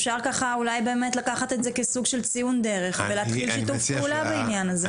אפשר לקחת את זה כסוג של ציון דרך ולהתחיל שיתוף פעולה בעניין הזה.